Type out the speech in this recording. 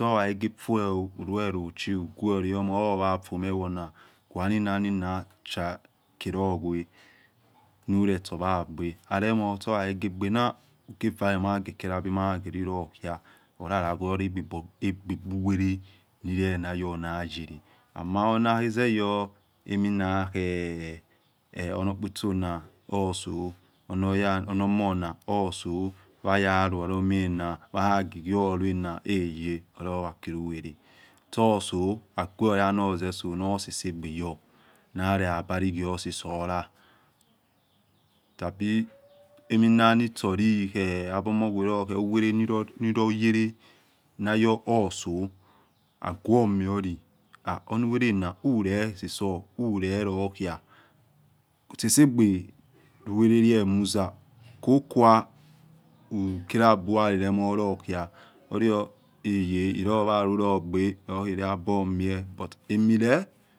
ehohaghioge fuel oh uguolo ona oyafumo eninaenina kolegwe nulo shoyadior aremor shohakhegedior, huuare rumakelabi mara ukukia hulalole nagwere egbe bu wele nayor na yele ama hunakhezeyor emo nakhe ono otposo na oso, hunomona oso waya luolihemana, wahaghioluana heye olahowakhilu wele tso oso agueliano zeso nosesogbe yo nale abalogwo sese ala nabi ominanisholi nabi uwelo nilogele nayohaso aguomiole hunu wele na uleseso sor ulirokhia sesegbe ruweleheh muza kokua hukolaburalile molokhia hurto heye sho yalu logbe luhkhehabumieh